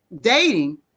dating